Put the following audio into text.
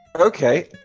Okay